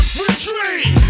retreat